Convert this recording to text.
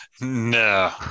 no